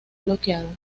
bloqueado